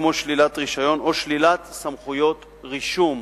כמו שלילת רשיון או שלילת סמכויות רישום.